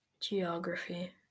Geography